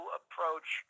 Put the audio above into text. approach